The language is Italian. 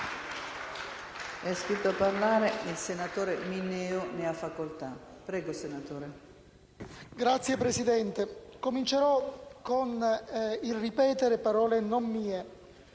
Signora Presidente, comincerò con il ripetere parole non mie: